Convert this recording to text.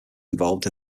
involved